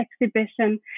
exhibition